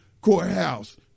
courthouse